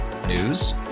News